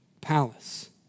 palace